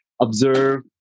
observe